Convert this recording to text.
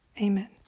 Amen